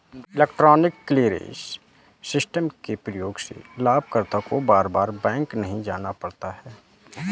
electronic clearance system के प्रयोग से लाभकर्ता को बार बार बैंक नहीं जाना पड़ता है